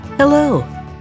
Hello